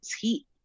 heat